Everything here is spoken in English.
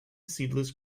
seedless